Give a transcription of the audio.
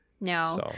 no